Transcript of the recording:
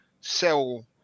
sell